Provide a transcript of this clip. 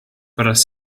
pärast